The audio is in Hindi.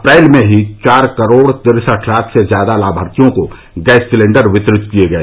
अप्रैल में ही चार करोड़ तिरसठ लाख से ज्यादा लाभार्थियों को गैस सिलेंडर वितरित किए गए